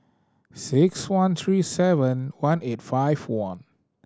six one three seven one eight five one